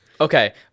Okay